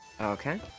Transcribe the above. okay